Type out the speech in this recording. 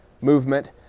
movement